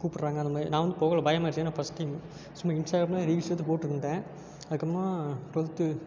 கூப்பிட்றாங்க அந்த மாதிரி நான் வந்து போகலை பயமாக இருந்துச்சு ஏன்னால் ஃபஸ்ட் டைம் சும்மா இன்ஸ்டாகிராமில் ரீல்ஸ் எடுத்து போட்டிருந்தேன் அதுக்கப்புறமா டுவெல்த்து